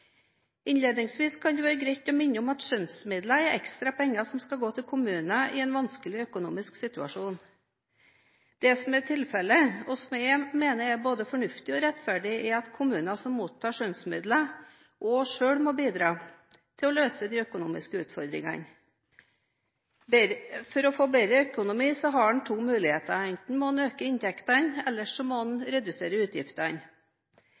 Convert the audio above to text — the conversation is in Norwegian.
Innledningsvis kan det være greit å minne om at skjønnsmidler er ekstra penger som skal gå til kommuner i en vanskelig økonomisk situasjon. Det som er tilfellet – og som jeg mener er både fornuftig og rettferdig – er at kommuner som mottar skjønnsmidler, også må bidra selv til å løse de økonomiske utfordringene. For å få bedre økonomi har man to muligheter: Enten må man øke inntektene, eller så må man redusere utgiftene.